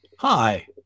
Hi